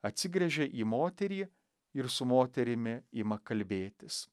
atsigręžia į moterį ir su moterimi ima kalbėtis